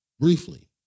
briefly